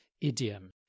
idiom